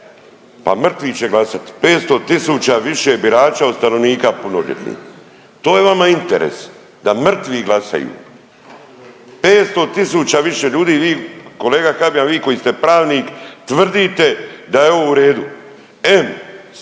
Pa mrtvi će glasati, 500 tisuća više birača od stanovnika punoljetnih. To je vama interes da mrtvi glasaju, 500 tisuća više ljudi. Vi kolega Habijan, vi koji ste pravnik tvrdite da je ovo u redu, em